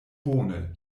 bone